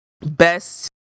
best